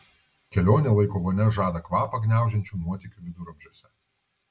kelionė laiko vonia žada kvapą gniaužiančių nuotykių viduramžiuose